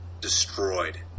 destroyed